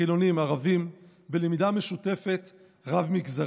חילוניים וערביים בלמידה משותפת רב-מגזרית.